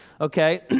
okay